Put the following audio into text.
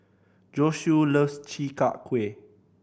Josue loves Chi Kak Kuih